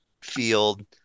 field